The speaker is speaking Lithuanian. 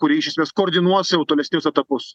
kuri iš esmės koordinuos jau tolesnius etapus